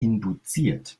induziert